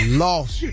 lost